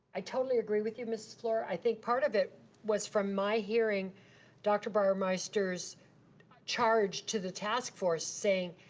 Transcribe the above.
i totally agree with you, mrs. fluor. i think part of it was from my hearing dr. bauermeister's charge to the task force, saying,